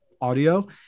audio